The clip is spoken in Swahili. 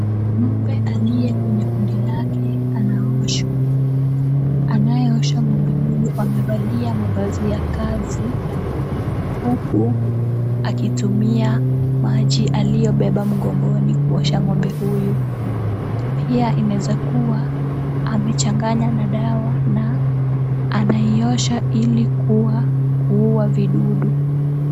Ng'ombe aliye kwenye kundi lake anaoshwa. Anayeosha ng'ombe huyu amevalia mavazi ya kazi huku akitumia maji aliyobeba mgongoni kuosha ng'ombe huyu. Pia inaweza kuwa amechanganya na dawa na anaiosha ili kuua vidudu.